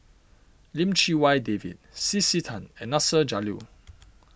Lim Chee Wai David C C Tan and Nasir Jalil